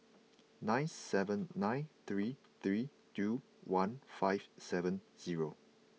nine seven nine three three two one five seven zero